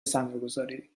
سرمایهگذاری